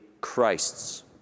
Christ's